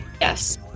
yes